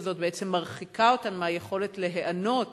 הזאת בעצם מרחיקה אותן מהיכולת להיענות